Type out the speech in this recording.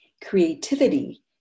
Creativity